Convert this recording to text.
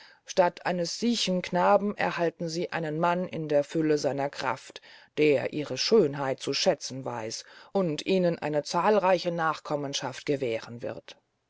statt eines siechen knaben erhalten sie einen mann in der fülle seiner kraft der ihre schönheit zu schätzen weiß und ihnen eine zahlreiche nachkommenschaft gewähren wird